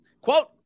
Quote